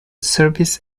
service